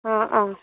ആ ആ